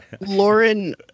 Lauren